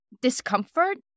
discomfort